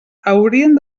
haurien